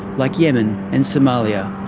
like yemen and somalia.